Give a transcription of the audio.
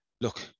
look